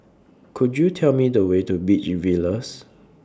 Could YOU Tell Me The Way to Beach Villas